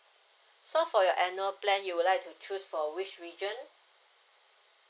so for your annual plan you will like to choose for which region